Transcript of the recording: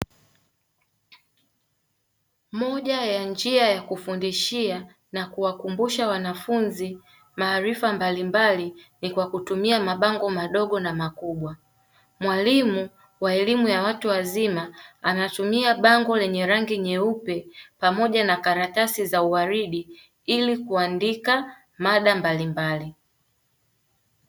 Moja ya njia ya kifundishia na kuwakumbusha wanafunzi maarifa mbalimbali ni kwa kutumia mabango madogo na makubwa, mwalimu wa elimu ya watu wazima anatumia bango lenye rangi nyeupe pamoja na karatasi za uaridi ili kuandika mada mbalimbali.